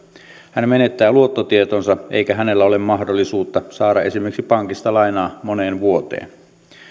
hän menettää luottotietonsa eikä hänellä ole mahdollisuutta saada esimerkiksi pankista lainaa moneen vuoteen